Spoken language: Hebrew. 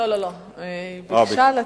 לא לא, היא ביקשה לצאת.